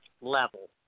level